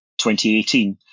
2018